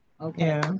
Okay